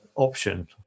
option